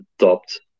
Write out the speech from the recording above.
adopt